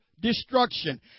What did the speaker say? destruction